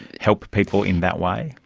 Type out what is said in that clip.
help people in that way?